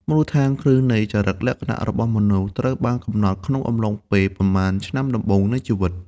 មូលដ្ឋានគ្រឹះនៃចរិតលក្ខណៈរបស់មនុស្ស ត្រូវបានកំណត់ក្នុងកំឡុងពេលប៉ុន្មានឆ្នាំដំបូងនៃជីវិត។